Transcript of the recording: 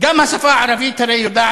אמרתי לך כבר,